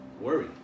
worry